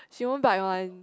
she won't bite one